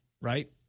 right